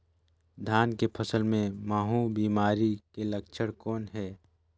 धान के फसल मे महू बिमारी के लक्षण कौन हे?